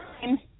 time